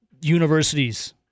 universities